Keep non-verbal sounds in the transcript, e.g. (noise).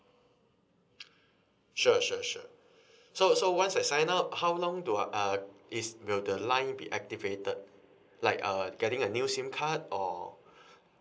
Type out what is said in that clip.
sure sure sure (breath) so so once I sign up how long do uh is will the line be activated like uh getting a new SIM card or (breath)